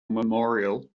memorial